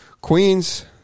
Queens